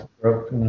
broke